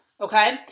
okay